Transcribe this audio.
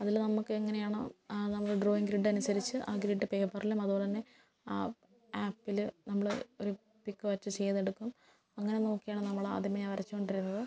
അതില് നമുക്ക് എങ്ങനെയാണോ നമ്മള് ഡ്രോയിങ് ഗ്രിഡിനനുസരിച്ച് ആ ഗ്രിഡ് പേപ്പറിലും അത്പോലെതന്നെ ആ ആപ്പില് നമ്മള് ഒരു പിക്ക് വെച്ച് ചെയ്തെടുക്കും അങ്ങനെ നോക്കിയാണ് നമ്മളാദ്യമേ വരച്ചുകൊണ്ടിരുന്നത്